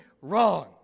wrong